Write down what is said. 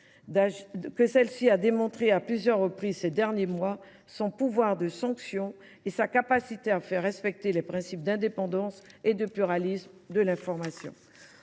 que l’Autorité a démontré à plusieurs reprises, au cours de ces derniers mois, son pouvoir de sanction et sa capacité à faire respecter les principes d’indépendance et de pluralisme de l’information.